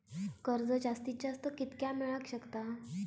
कर्ज जास्तीत जास्त कितक्या मेळाक शकता?